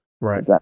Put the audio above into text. Right